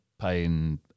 paying